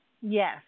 Yes